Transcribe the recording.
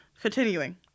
continuing